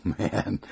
man